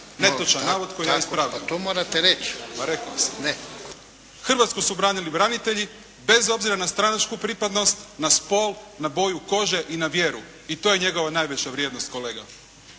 (SDP)** Pa rekao sam. Hrvatsku su branili branitelji bez obzira na stranačku pripadnost, na spol, na boju kože i na vjeru i to je njegova najveća vrijednost kolega.